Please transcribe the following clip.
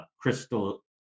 crystal